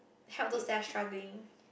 help those that are struggling